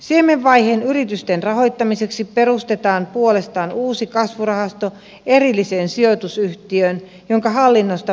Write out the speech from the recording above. siemenvaiheen yritysten rahoittamiseksi perustetaan puolestaan uusi kasvurahasto erilliseen sijoitusyhtiöön jonka hallinnosta vastaa tekes